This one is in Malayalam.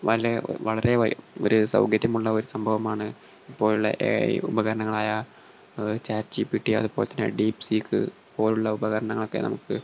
വളരെ വളരെ ഒരു സൗകര്യമുള്ള ഒരു സംഭവമാണ് ഇപ്പോഴുള്ള എ ഐ ഉപകരണങ്ങളായ ചേറ്റ് ജി പി ടി അതു പോലെ തന്നെ ഡീപ് സീക്ക് പോലെയുള്ള ഉപകരണങ്ങളൊക്കെ നമുക്ക്